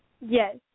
Yes